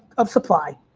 of supply.